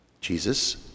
jesus